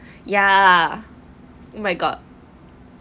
ya my god